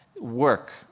work